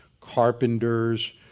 carpenters